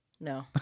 No